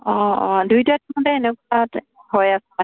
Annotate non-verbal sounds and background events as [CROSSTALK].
অঁ অঁ দুইটা টাইমতে এনেকুৱাত হয় [UNINTELLIGIBLE]